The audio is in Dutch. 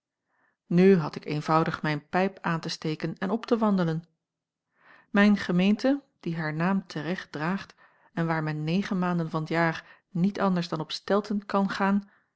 nu had ik eenvoudig mijn pijp aan te steken en op te wandelen mijn gemeente die haar naam te recht draagt en waar men negen maanden van t jaar niet anders dan op stelten kan gaan